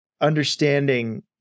understanding